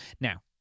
Now